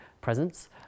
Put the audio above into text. presence